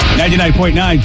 99.9